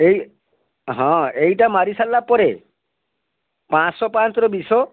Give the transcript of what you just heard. ଏଇ ହଁ ଏଇଟା ମାରି ସାରିଲା ପରେ ପାଁଶପାଞ୍ଚର ବିଷ